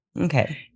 Okay